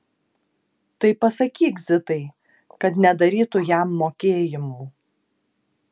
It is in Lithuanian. tai pasakyk zitai kad nedarytų jam mokėjimų